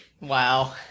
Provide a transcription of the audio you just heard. Wow